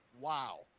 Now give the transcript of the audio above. Wow